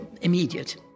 immediate